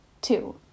Two